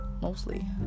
mostly